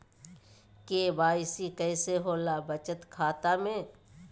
KYC कैसे होला बचत खाता में?